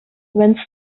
when